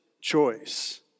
choice